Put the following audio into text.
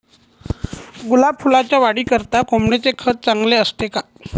गुलाब फुलाच्या वाढीकरिता कोंबडीचे खत चांगले असते का?